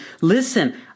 listen